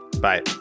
Bye